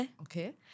okay